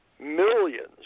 millions